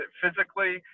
physically